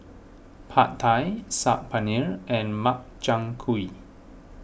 Pad Thai Saag Paneer and Makchang Gui